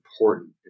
important